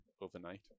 overnight